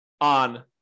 on